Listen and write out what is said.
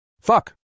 Fuck